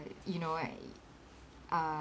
you know like uh